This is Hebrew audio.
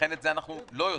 ולכן את זה אנחנו לא יודעים.